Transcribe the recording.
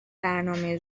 برنامه